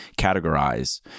categorize